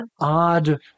odd